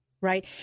right